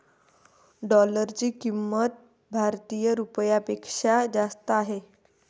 डॉलरची किंमत भारतीय रुपयापेक्षा जास्त आहे